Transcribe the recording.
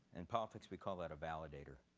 in politics we call that a validator.